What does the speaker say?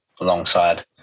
alongside